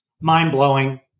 Mind-blowing